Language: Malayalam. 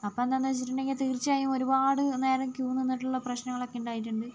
അപ്പോൾ എന്താണെന്നു വച്ചിട്ടുണ്ടെങ്കിൽ തീർച്ചയായും ഒരുപാട് നേരം ക്യു നിന്നിട്ടുള്ള പ്രശ്നങ്ങളൊക്കെ ഉണ്ടായിട്ടുണ്ട്